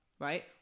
right